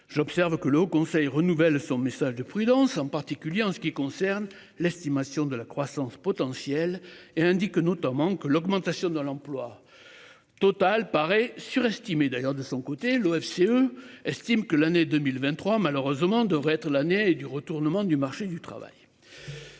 J'observe que le Haut Conseil renouvelle son message de prudence, en particulier en ce qui concerne l'estimation de la croissance potentielle et indique notamment que l'augmentation de l'emploi. Total paraît surestimé d'ailleurs de son côté l'OFCE, estime que l'année 2023 malheureusement devrait être l'année du retournement du marché du travail.